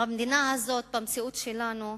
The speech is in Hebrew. במדינה הזאת, במציאות שלנו,